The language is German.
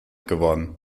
geworden